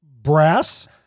brass